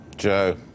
Joe